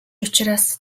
учраас